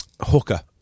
Hooker